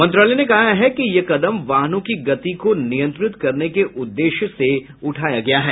मंत्रालय ने कहा है कि यह कदम वाहनों की गति को नियंत्रित करने के उद्देश्य से उठाया गया है